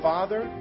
Father